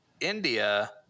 India